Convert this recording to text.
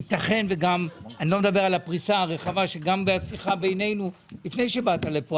אני לא מדבר על הפריסה הרחבה שגם בשיחה בינינו לפני שבאת לפה,